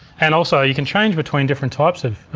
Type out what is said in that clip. and also you can change between different types of